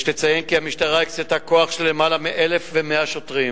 יש לציין כי המשטרה הקצתה כוח של למעלה מ-1,100 שוטרים,